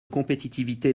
compétitivité